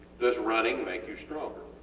does running make you stronger?